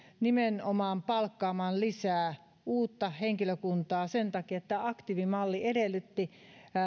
nimenomaan palkkaamaan lisää uutta henkilökuntaa sen takia että aktiivimalli edellytti